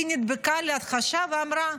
היא נדבקה להכחשה ואמרה: